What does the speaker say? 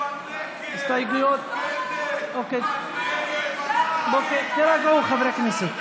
בנגב, מנסור, אוקיי, תירגעו, חברי הכנסת.